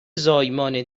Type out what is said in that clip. زایمان